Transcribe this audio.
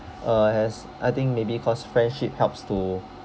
uh as I think maybe cause friendship helps too